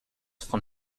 von